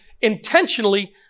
Intentionally